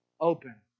open